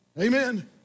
Amen